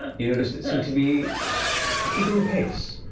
you noticed it seemed to be keeping pace.